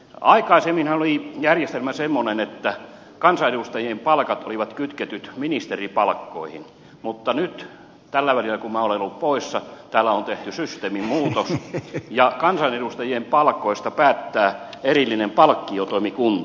aikaisemminhan oli järjestelmä semmoinen että kansanedustajien palkat olivat kytketyt ministeripalkkoihin mutta nyt tällä välillä kun minä olen ollut poissa täällä on tehty systeemimuutos ja kansanedustajien palkoista päättää erillinen palkkiotoimikunta